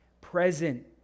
present